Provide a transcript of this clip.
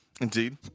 Indeed